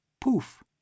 Poof